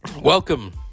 Welcome